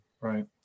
Right